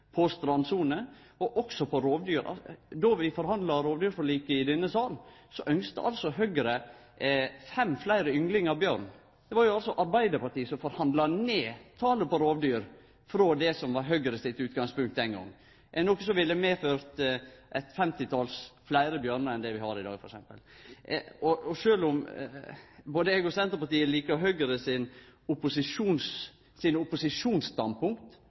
på område som naturvern, vassdragsvern – som vi tidlegare har diskutert, og igjen skal diskutere i denne komiteen – og også strandsona og rovdyr. Då vi forhandla rovdyrforliket i denne salen, ynskte altså Høgre fem fleire ynglingar av bjørn. Det var Arbeidarpartiet som forhandla ned talet på rovdyr, frå det som var Høgre sitt utgangspunkt den gangen, noko som f.eks. ville medført eit femtital fleire bjørnar enn det vi har i dag. Sjølv om både eg og Senterpartiet likar Høgre